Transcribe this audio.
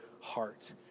heart